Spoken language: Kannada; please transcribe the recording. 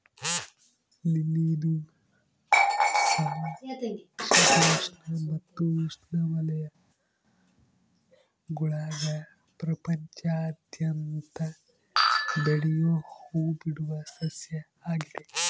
ಲಿಲ್ಲಿ ಇದು ಸಮಶೀತೋಷ್ಣ ಮತ್ತು ಉಷ್ಣವಲಯಗುಳಾಗ ಪ್ರಪಂಚಾದ್ಯಂತ ಬೆಳಿಯೋ ಹೂಬಿಡುವ ಸಸ್ಯ ಆಗಿದೆ